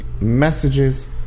messages